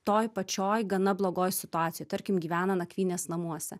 toj pačioj gana blogoj situacijoj tarkim gyvena nakvynės namuose